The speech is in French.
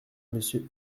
monsieur